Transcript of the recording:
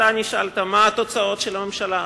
נשאלת מה התוצאות של הממשלה,